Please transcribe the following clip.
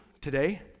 today